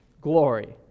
glory